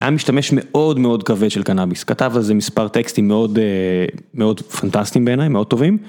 היה משתמש מאוד מאוד כבד של קנאביס, כתב על זה מספר טקסטים מאוד מאוד פנטסטיים בעיני, מאוד טובים.